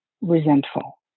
resentful